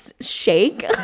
shake